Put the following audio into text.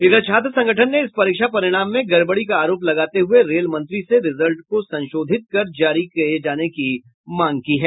इधर छात्र संगठन ने इस परीक्षा परिणाम में गड़बड़ी का आरोप लगाते हुये रेल मंत्री से रिजल्ट को संशोधित कर जारी करने की मांग की है